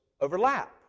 overlap